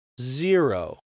zero